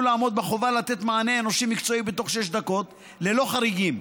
לעמוד בחובה לתת מענה אנושי מקצועי בתוך שש דקות ללא חריגים.